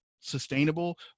sustainable